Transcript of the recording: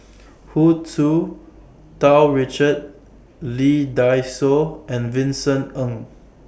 Hu Tsu Tau Richard Lee Dai Soh and Vincent Ng